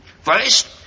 First